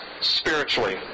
spiritually